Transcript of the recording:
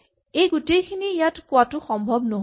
সেই গোটেইখিনি ইয়াত কোৱাটো সম্ভৱ নহয়